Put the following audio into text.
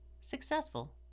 successful